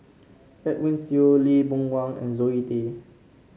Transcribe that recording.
Edwin Siew Lee Boon Wang and Zoe Tay